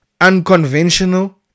unconventional